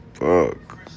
Fuck